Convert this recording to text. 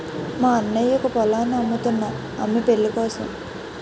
మా అన్నయ్యకు పొలాన్ని అమ్ముతున్నా అమ్మి పెళ్ళికోసం